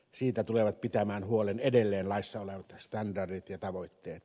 siitä tulevat pitämään huolen edelleen laissa olevat standardit ja tavoitteet